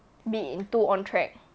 be in two ontrac